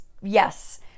yes